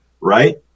right